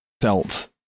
felt